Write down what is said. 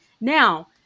now